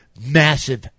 massive